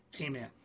Amen